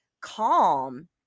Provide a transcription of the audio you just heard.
calm